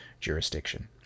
jurisdiction